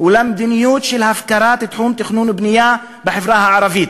ולמדיניות של הפקרת תחום התכנון והבנייה בחברה הערבית,